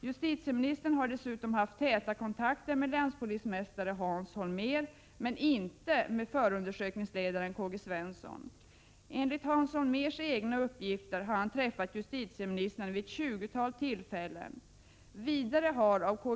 Justitieministern har dessutom haft täta kontakter med länspolismästare Hans Holmér men inte med förundersökningsledare K. G. Svensson. Enligt Hans Holmérs egna uppgifter har han träffat justitieministern vid ett tjugotal tillfällen. Vidare har av K.